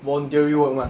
voluntary work mah